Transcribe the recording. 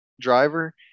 driver